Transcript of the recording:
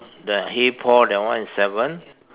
the hey Paul that one is seven